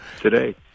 today